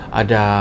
ada